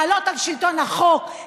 לעלות על שלטון החוק,